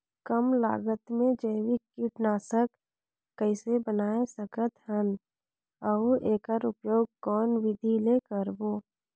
कम लागत मे जैविक कीटनाशक कइसे बनाय सकत हन अउ एकर उपयोग कौन विधि ले करबो?